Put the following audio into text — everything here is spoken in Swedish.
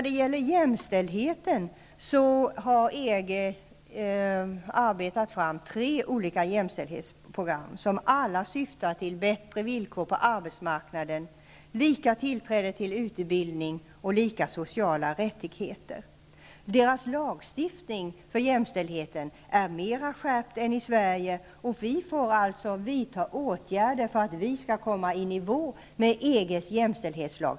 EG har arbetat fram tre olika jämställdhetsprogram som alla syftar till bättre villkor på arbetsmarknaden, lika tillträde till utbildning och lika sociala rättigheter. EG ländernas lagstiftning i fråga om jämställdheten är mera skärpt än i Sverige. Vi kommer att bli tvungna att vidta åtgärder för att vår jämställdhetslagstiftning skall komma i nivå med EG:s.